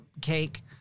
cake